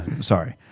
Sorry